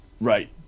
Right